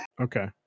Okay